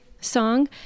song